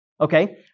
Okay